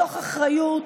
מתוך אחריות,